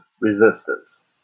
Resistance